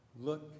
Look